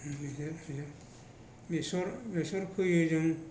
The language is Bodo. बेसर फोयो जों